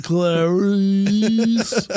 Clarice